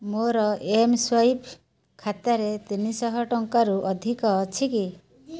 ମୋର ଏମ୍ସ୍ୱାଇପ୍ ଖାତାରେ ତିନିଶହ ଟଙ୍କାରୁ ଅଧିକ ଅଛି କି